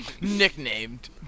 Nicknamed